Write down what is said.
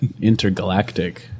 intergalactic